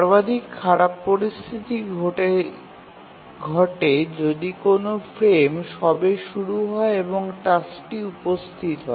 সর্বাধিক খারাপ পরিস্থিতি ঘটে যদি কোনও ফ্রেম সবে শুরু হয় এবং টাস্কটি উপস্থিত হয়